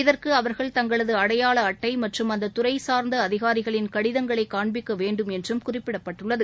இதற்குஅவர்கள் தங்களதுஅடையாளஅட்டைமற்றும் அந்ததுறைசார்ந்தஅதிகாரிகளின் கடிதங்களைகாண்பிக்கவேண்டும் என்றும் குறிப்பிடப்பட்டுள்ளது